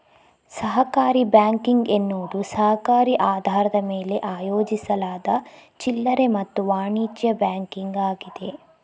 ಸಹಕಾರಿ ಬ್ಯಾಂಕಿಂಗ್ ಎನ್ನುವುದು ಸಹಕಾರಿ ಆಧಾರದ ಮೇಲೆ ಆಯೋಜಿಸಲಾದ ಚಿಲ್ಲರೆ ಮತ್ತು ವಾಣಿಜ್ಯ ಬ್ಯಾಂಕಿಂಗ್ ಆಗಿದೆ